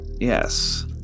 Yes